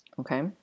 Okay